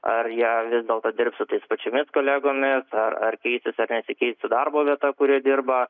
ar jie vis dėlto dirbti su tais pačiais kolegomis ar ar keisis ar nesikeis darbo vieta kurioj dirba